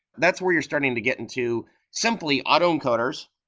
that's where you're starting to get into simply auto encoders.